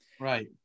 Right